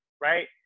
right